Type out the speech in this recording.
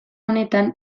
honetan